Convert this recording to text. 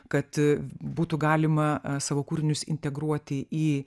kad būtų galima savo kūrinius integruoti į